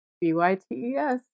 B-Y-T-E-S